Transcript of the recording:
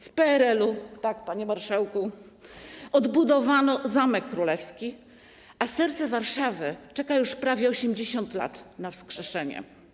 W PRL-u - tak, panie marszałku - odbudowano Zamek Królewski, a serce Warszawy czeka już prawie 80 lat na wskrzeszenie.